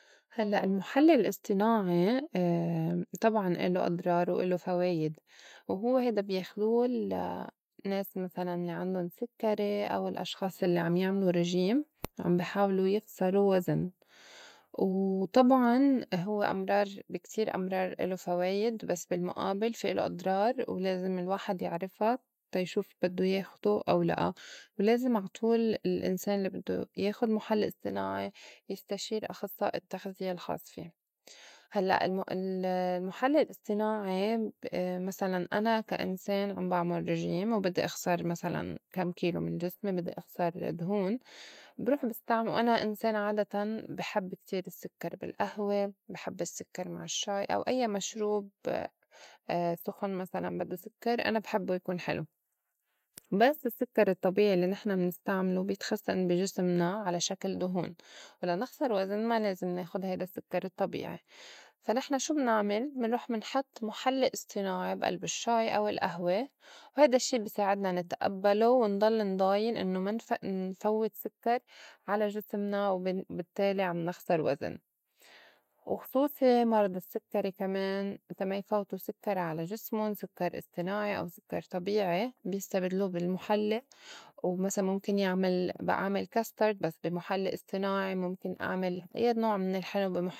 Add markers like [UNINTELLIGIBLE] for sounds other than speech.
هلّأ المُحلّي الاصطناعي [HESITATION] طبعاً الو اضرار والو فوايد. وهوّ هيدا بياخدو ال- النّاس مسلاً لي عندُن سكّري، أو الأشخاص اللّي عم يعمله ريجيم [NOISE] وعم بي حاولوا يخسروا وزن. وطبعاً هوّ أمرار بي كتير أمرار الو فوايد بس بالمُئابل في الو أضرار ولازم الواحد يعرفا تا يشوف بدّو ياخدو أو لأ. ولازم عا طول ال- الإنسان الّي بدّو ياخُد مُحلّي اصطناعي يستشير إخصّائي التّغذية الخاص في. هلّأ الم- ال- [HESITATION] المُحلّي الاصطناعي [HESITATION] مسلاً أنا كا إنسان عم بعْمُل ريجيم وبدّي اخسر مسلاً كم كيلو من جسمي بدّي اخسر دهون، بروح بستعملو أنا إنسان عادتاً بحب كتير السكّر بالقهوة، بحب السكّر مع الشّاي، أو أيّا مشروب [HESITATION] سُخن مسلاً بدّو سكّر أنا بحبّو يكون حلو، بس السكّر الطّبيعي الّي نحن منستعمله بيتخزّن بي جسمنا على شكل دُهون، ولنخسر وزن ما لازم ناخُد هيدا السكّر الطّبيعي. فا نحن شو منعمل؟ منروح منحط مُحلّي اصطناعي بألب الشّاي أو القهوة وهيدا الشّي بي ساعدنا نتئبّلو ونضل نضاين إنّو ما نفو- نفوّت سكّر على جسمنا، وبال- بالتّالي عم نخسر وزن. وخصوصي مرضى السكّري كمان تا ما يفوته سكّر على جسمُن سكّر اصطناعي أو سكّر طبيعي بيستبدلو بالمُحلّي. ومسلاً مُمكن يعمل بأعمل كاسترد بس بي مُحلّي اصطناعي، مُمكن أعمل أيّا نوع من الحِلو بي مُح. [UNINTELLIGIBLE]